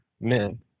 men